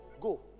Go